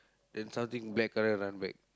then something black colour run back